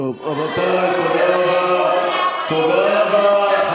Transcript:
תודה רבה.